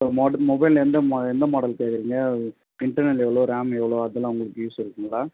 ஒரு model mobile எந்த model என்ன மாடல் கேட்கறீங்க இன்டர்னல் எவ்வளோ ரேம் எவ்வளோ அதுலாம் உங்களுக்கு யூஸ் இருக்குங்களா